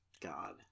God